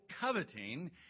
coveting